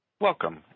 Welcome